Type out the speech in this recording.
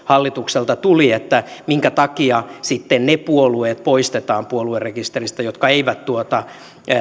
hallitukselta tuli että minkä takia sitten ne puolueet poistetaan puoluerekisteristä jotka eivät tuota